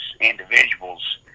individuals